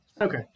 Okay